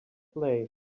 play